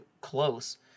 close